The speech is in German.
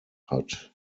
hat